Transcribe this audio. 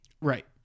Right